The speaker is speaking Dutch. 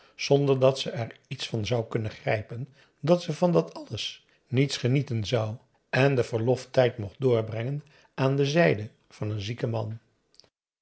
zonder dat ze er iets van zou kunnen grijpen dat ze van dat alles niets genieten zou en den verloftijd mocht doorbrengen aan de zijde van een zieken man